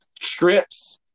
strips